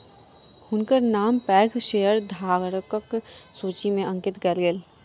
हुनकर नाम पैघ शेयरधारकक सूचि में अंकित कयल गेल